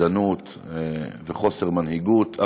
פחדנות וחוסר מנהיגות.